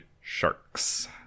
sharks